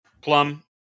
Plum